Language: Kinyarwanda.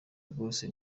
rwose